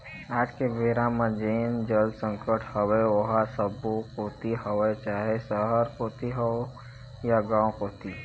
आज के बेरा म जेन जल संकट हवय ओहा सब्बो कोती हवय चाहे सहर कोती होय या गाँव कोती